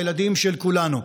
הילדים של כולנו.